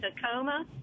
Tacoma